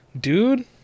Dude